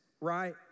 right